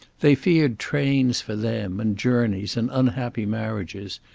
they feared trains for them, and journeys, and unhappy marriages,